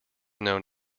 known